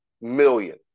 Million